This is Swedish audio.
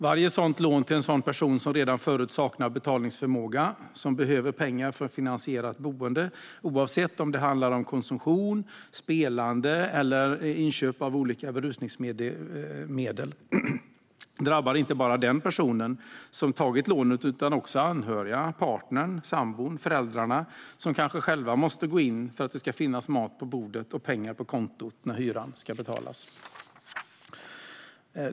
Varje sådant lån till en person som redan förut saknar betalningsförmåga och som behöver pengar för att finansiera ett beroende, oavsett om det handlar om konsumtion, spelande eller inköp av berusningsmedel av olika slag, drabbar inte bara den person som tagit lånet utan även anhöriga - partnern, sambon och föräldrarna som kanske måste gå in för att det ska finnas mat på bordet och pengar på kontot när hyran ska betalas.